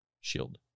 shield